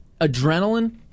adrenaline